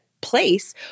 place